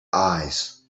eyes